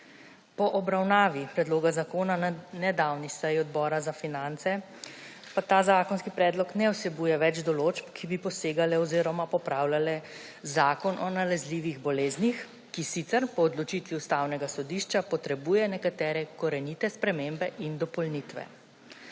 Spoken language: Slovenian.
Po obravnavi predloga zakona na nedavni seji Odbora za finance pa ta zakonski predlog ne vsebuje več določb, ki bi posegale oziroma popravljale Zakon o nalezljivih boleznih, ki sicer po odločitvi Ustavnega sodišča potrebuje nekatere korenite spremembe in dopolnitve.